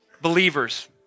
believers